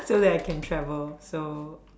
so that I can travel so